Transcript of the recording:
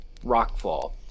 rockfall